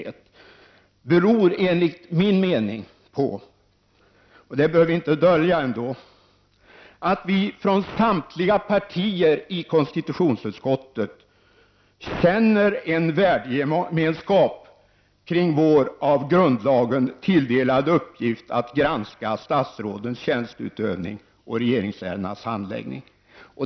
Det beror enligt min mening på, vilket inte bör döljas, att samtliga partiers representanter i konstitutionsutskottet känner en värdegemenskap kring sin genom grundlagen tilldelade uppgift att granska statsrådens tjänsteutövning och regeringsärendenas handläggning.